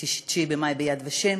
9 במאי ביד ושם.